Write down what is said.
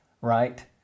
right